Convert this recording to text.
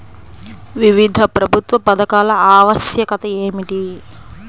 వివిధ ప్రభుత్వ పథకాల ఆవశ్యకత ఏమిటీ?